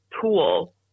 tool